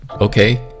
okay